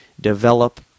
develop